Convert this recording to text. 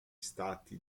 stati